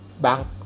bank